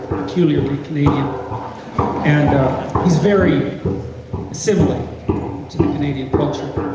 peculiarly canadian and he's very simile to the canadian culture,